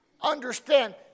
understand